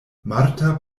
marta